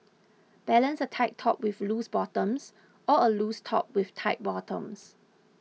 balance a tight top with loose bottoms or a loose top with tight bottoms